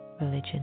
religion